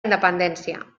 independència